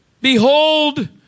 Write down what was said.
behold